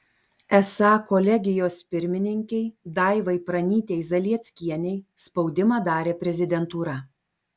esą kolegijos pirmininkei daivai pranytei zalieckienei spaudimą darė prezidentūra